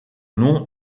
nom